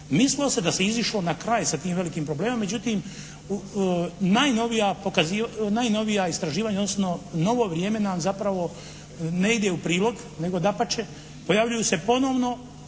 mislilo se da se izišlo na kraj sa tim velikim problemom međutim najnovija istraživanja odnosno novo vrijeme nam zapravo ne ide u prilog nego dapače pojavljuju se ponovo